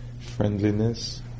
friendliness